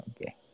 Okay